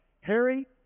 Harry